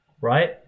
right